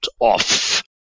off